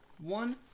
One